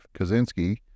Kaczynski